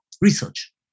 research